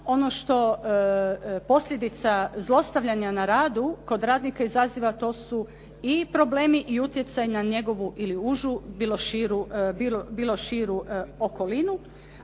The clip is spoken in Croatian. ono što posljedica zlostavljanja na radu kod radnika izaziva, to su i problemi i utjecaj na njegovu ili užu ili širu okolinu,